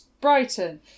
Brighton